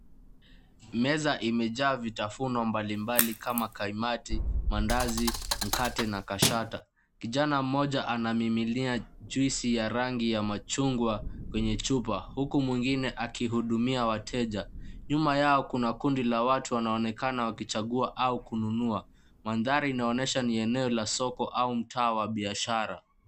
Meza imejaa vitafuno mbalimbali kama kaimati, mandazi, mkate na kashata. Kijana mmoja anamimilia juisi ya rangi ya machungwa kwenye chupa huku mwingine akihudumia wateja. Nyuma yao kuna kundi la watu wanaonekana wakichagua au kununua. Mandhari inaonyesha ni eneo la soko au mtaa wa biashara.